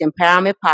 empowerment